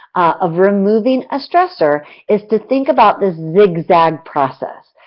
of removing a stressor, is to think about the zig zag process.